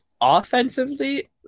offensively